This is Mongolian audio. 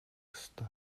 ёстой